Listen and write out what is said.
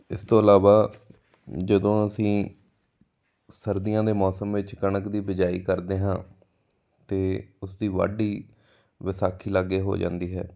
ਇਸ ਤੋਂ ਇਲਾਵਾ ਜਦੋਂ ਅਸੀਂ ਸਰਦੀਆਂ ਦੇ ਮੌਸਮ ਵਿੱਚ ਕਣਕ ਦੀ ਬਿਜਾਈ ਕਰਦੇ ਹਾਂ ਤਾਂ ਉਸਦੀ ਵਾਢੀ ਵਿਸਾਖੀ ਲਾਗੇ ਹੋ ਜਾਂਦੀ ਹੈ